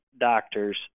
doctors